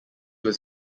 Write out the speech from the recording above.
was